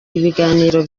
ibiganiro